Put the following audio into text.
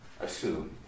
assume